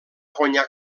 guanyar